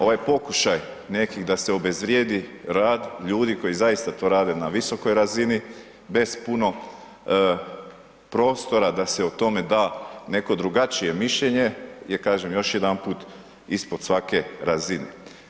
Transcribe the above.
Ovaj pokušaj nekih da se obezvrijedi rad ljudi koji zaista to rade na visokoj razini bez puno prostora da se o tome da neko drugačije mišljenje je, kažem, još jedanput ispod svake razine.